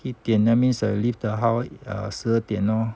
一点 that means err leave the house 十二点咯